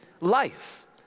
Life